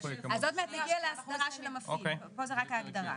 עוד מעט נגיע להסדרה של המפעיל, פה זה רק ההגדרה.